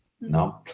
No